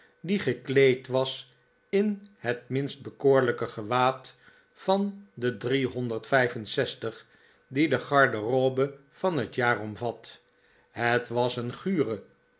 die gekleed was in het minst bekoorlijke gewaad van de driehonderd vijf en zestig die de garderobe van het jaar omvat het was een gure